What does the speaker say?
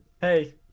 Hey